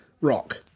rock